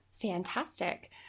Fantastic